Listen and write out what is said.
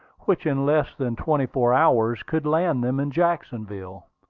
which in less than twenty-four hours could land them in jacksonville.